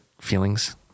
feelings